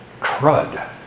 Crud